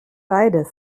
beides